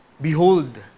Behold